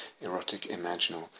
erotic-imaginal